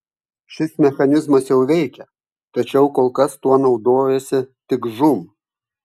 šis mechanizmas jau veikia tačiau kol kas tuo naudojasi tik žūm